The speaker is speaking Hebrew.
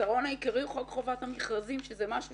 החיסרון העיקרי הוא חוק חובת המכרזים שזה משהו